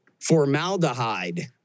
formaldehyde